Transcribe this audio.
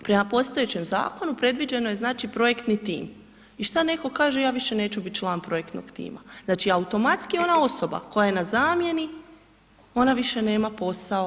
Prema postojećem zakonu predviđeno je znači projektni tim, i šta neko kaže ja više neću biti član projektnog tima, znači automatski ona osoba koja je na zamjeni ona više nema posao.